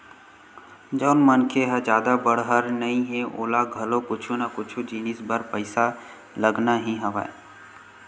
जउन मनखे ह जादा बड़हर नइ हे ओला घलो कुछु ना कुछु जिनिस बर पइसा लगना ही हवय